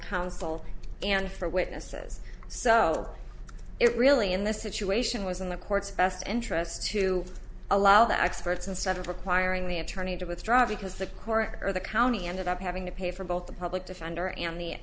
counsel and for witnesses so it really in this situation was in the court's best interest to allow the experts and several requiring the attorney to withdraw because the court or the county ended up having to pay for both the public defender and the